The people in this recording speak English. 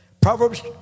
Proverbs